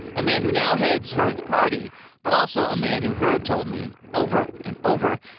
a man who now heads hurd's party but also a man who hurd told me, over and over,